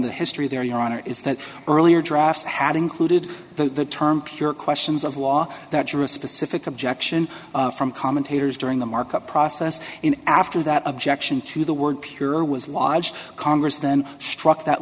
the history there your honor is that earlier drafts had included the term pure questions of law that drew a specific objection from commentators during the markup process and after that objection to the word pure was lodged congress then struck that